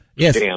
Yes